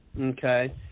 okay